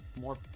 more